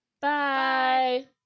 Bye